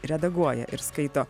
redaguoja ir skaito